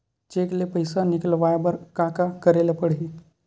Cheque ले पईसा निकलवाय बर का का करे ल पड़हि?